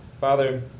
Father